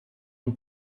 und